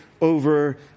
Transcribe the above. over